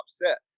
upset